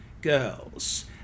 girls